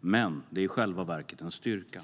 men som i själva verket är en styrka.